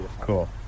cool